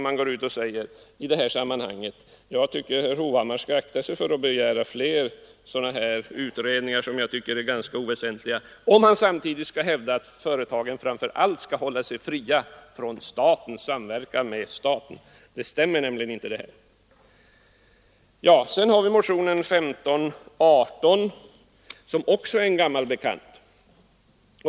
Jag tycker att herr Hovhammar skall akta sig för att begära fler sådana här i mitt tycke oväsentliga utredningar om han samtidigt skall hävda att företagen framför allt skall hålla sig fria från samverkan med staten. Det stämmer nämligen inte annars. Sedan har vi motionen 1518 som också är en gammal bekant.